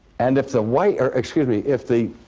and, if the white or, excuse me, if the